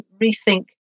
rethink